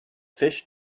fish